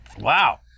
Wow